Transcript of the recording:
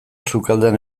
sukaldean